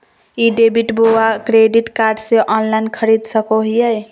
ई debit बोया credit card से online खरीद सको हिए?